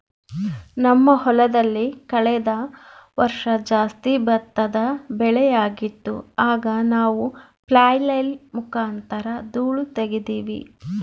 ನಮ್ಮ ಹೊಲದಲ್ಲಿ ಕಳೆದ ವರ್ಷ ಜಾಸ್ತಿ ಭತ್ತದ ಬೆಳೆಯಾಗಿತ್ತು, ಆಗ ನಾವು ಫ್ಲ್ಯಾಯ್ಲ್ ಮುಖಾಂತರ ಧೂಳು ತಗೀತಿವಿ